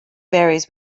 varies